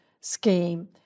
scheme